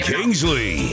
Kingsley